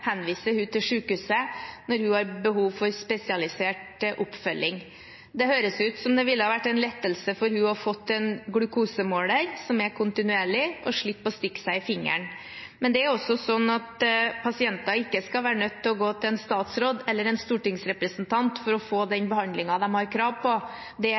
henviser henne til sykehuset når hun har behov for spesialisert oppfølging. Det høres ut som om det ville vært en lettelse for henne å ha fått en kontinuerlig glukosemåler og slippe å stikke seg i fingeren. Men pasienter skal ikke være nødt til å gå til en statsråd eller en stortingsrepresentant for å få den behandlingen de har krav på. Det